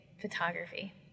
photography